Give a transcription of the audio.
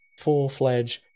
full-fledged